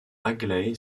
aglaé